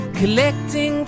collecting